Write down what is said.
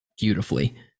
beautifully